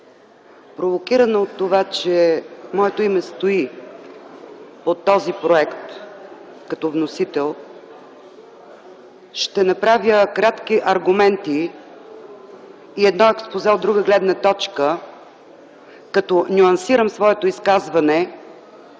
Провокирана от това, че моето име стои под този проект като вносител, ще изложа кратки аргументи и едно експозе от друга гледна точка, като нюансирам своето изказване